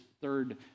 third